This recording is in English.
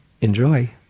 enjoy